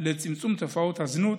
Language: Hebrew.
לצמצום תופעת הזנות,